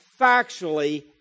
factually